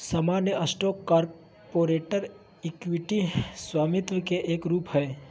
सामान्य stock corporate equity स्वामित्व के एक रूप हय